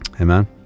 Amen